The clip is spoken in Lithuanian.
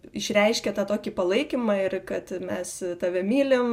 išreiškia tą tokį palaikymą ir kad mes tave mylim